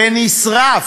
ונשרף.